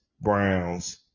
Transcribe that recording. Browns